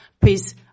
Please